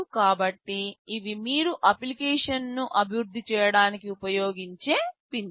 కాబట్టి ఇవి మీరు అప్లికేషన్ను అభివృద్ధి చేయడానికి ఉపయోగించే పిన్లు